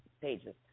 pages